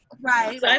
Right